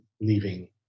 leaving